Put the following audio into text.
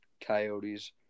coyotes